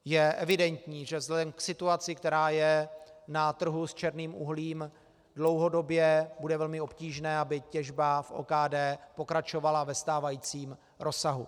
Je evidentní, že vzhledem k situaci, která je na trhu s černým uhlím, dlouhodobě bude velmi obtížné, aby těžba v OKD pokračovala ve stávajícím rozsahu.